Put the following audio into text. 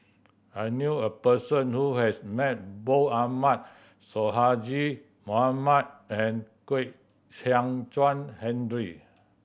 I knew a person who has met both Ahmad Sonhadji Mohamad and Kwek Chuan Henry